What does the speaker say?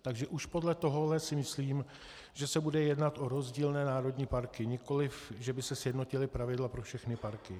Takže už podle toho si myslím, že se bude jednat o rozdílné národní parky, nikoliv že by se sjednotila pravidla pro všechny parky.